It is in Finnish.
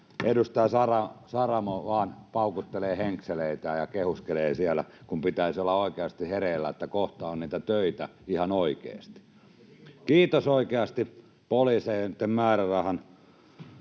edustaja Saramo vain paukuttelee henkseleitään ja kehuskelee siellä, kun pitäisi olla oikeasti hereillä, kun kohta on niitä töitä ihan oikeasti. Kiitos oikeasti poliiseitten määrärahan